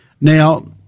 Now